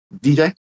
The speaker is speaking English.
DJ